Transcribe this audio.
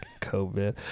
COVID